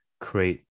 create